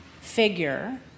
figure